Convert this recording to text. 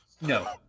No